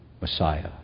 Messiah